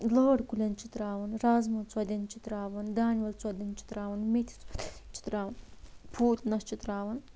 لٲر کُلین چھِ تراوَان رازمہ ژۄدین چھِ تراوَان دانہِ وَل ژۄدین چھِ تراوَان مِتھِ ژۄدین چھِ تراوَان فوٗدنس چھِ تراوَان